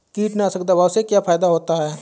कीटनाशक दवाओं से क्या फायदा होता है?